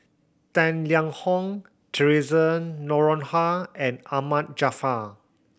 Tang Liang Hong Theresa Noronha and Ahmad Jaafar